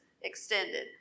extended